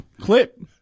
clip